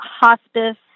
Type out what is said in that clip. hospice